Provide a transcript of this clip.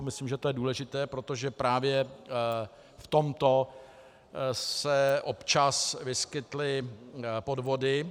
Myslím, že je to důležité, protože právě v tomto se občas vyskytly podvody.